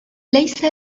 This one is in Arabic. ليس